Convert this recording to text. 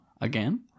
again